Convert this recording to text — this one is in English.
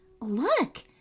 Look